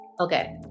Okay